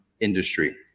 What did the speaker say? industry